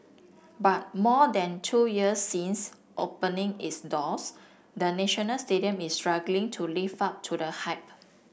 but more than two years since opening its doors the National Stadium is struggling to live up to the hype